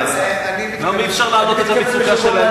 אני לא מבין למה זה